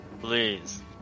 Please